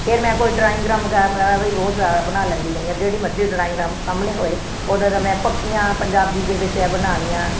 ਫਿਰ ਮੈਂ ਕੋਈ ਡਰਾਈਗਰਾਮ ਵਗੈਰਾ ਵੀ ਬਹੁਤ ਜਿਆਦਾ ਬਣਾ ਲੈਂਦੀ ਰਹੀ ਆਂ ਜਿਹੜੀ ਮਰਜ਼ੀ ਡਰਾਈਗਰਾਮ ਸਾਹਮਣੇ ਹੋਏ ਉਹਦਾ ਤਾਂ ਮੈਂ ਪੱਖੀਆਂ ਪੰਜਾਬੀ ਦੇ ਵਿੱਚ ਬਣਾਉਣੀਆਂ